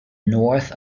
north